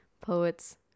poets